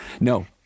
No